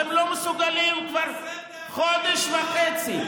אתם לא מסוגלים כבר חודש וחצי.